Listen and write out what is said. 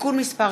(תיקון מס'